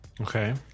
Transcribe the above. Okay